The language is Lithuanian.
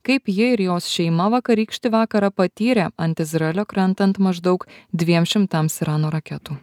kaip ji ir jos šeima vakarykštį vakarą patyrė ant izraelio krentant maždaug dviem šimtams irano raketų